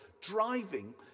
driving